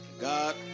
God